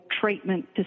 treatment